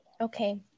Okay